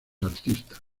artistas